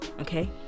okay